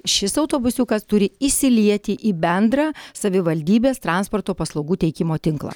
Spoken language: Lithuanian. šis autobusiukas turi įsilieti į bendrą savivaldybės transporto paslaugų teikimo tinklą